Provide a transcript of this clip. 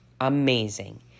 Amazing